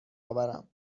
آورم